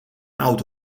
auto